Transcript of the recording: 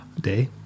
Day